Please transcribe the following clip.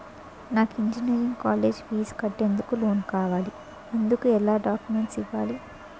నాకు engineering college fees కట్టేందుకు loan కావాలి, ఎందుకు ఎలాంటి డాక్యుమెంట్స్ ఇవ్వాలి?